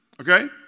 okay